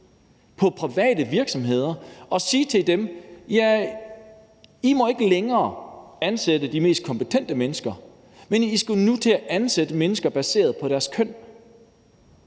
for private virksomheder og sige til dem: I må ikke længere ansætte de mest kompetente mennesker, men I skal nu til at ansætte mennesker baseret på deres køn.